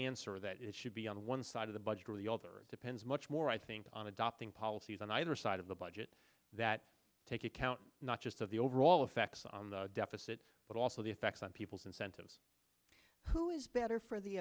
answer that it should be on one side of the budget or the other depends much more i think on adopting policies on either side of the budget that take account not just of the overall effects on the deficit but also the effects on people's incentives who is better for the